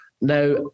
Now